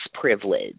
privilege